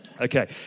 Okay